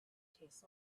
tastes